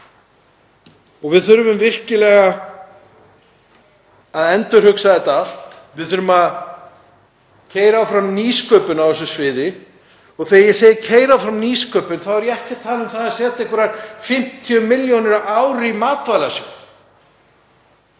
Við þurfum virkilega að endurhugsa þetta allt. Við þurfum að keyra áfram nýsköpun á þessu sviði. Og þegar ég segi keyra áfram nýsköpun þá er ég ekki að tala um að setja einhverjar 50 millj. kr. á ári í Matvælasjóð,